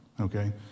okay